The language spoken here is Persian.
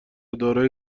دارای